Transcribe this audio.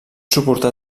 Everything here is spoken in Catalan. suportar